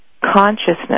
consciousness